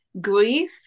Grief